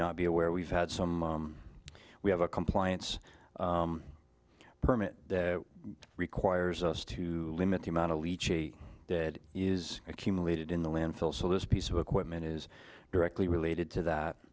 not be aware we've had some we have a compliance permit that requires us to limit the amount of leach dead is accumulated in the landfill so this piece of equipment is directly related to that